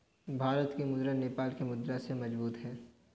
भारत की मुद्रा नेपाल की मुद्रा से मजबूत है